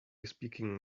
speaking